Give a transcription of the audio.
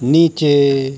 नीचे